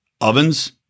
ovens